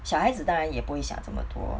小孩子当然也不会下这么多